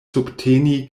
subteni